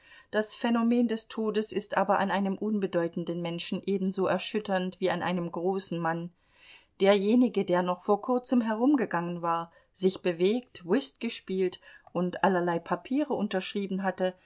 das phänomen des todes ist aber an einem unbedeutenden menschen ebenso erschütternd wie an einem großen mann derjenige der noch vor kurzem herumgegangen war sich bewegt whist gespielt und allerlei papiere unterschrieben hatte